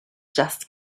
just